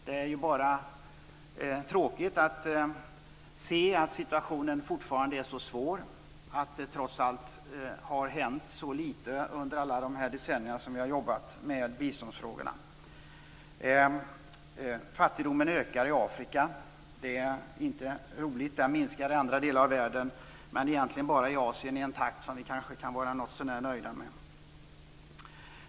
Det är bara tråkigt att se att situationen fortfarande är så svår, att det trots allt har hänt så litet under alla de decennier som vi har jobbat med biståndsfrågorna. Fattigdomen ökar i Afrika. Den minskar i andra delar av världen, men i Asien bara i en takt som vi kan vara något så när nöjda med.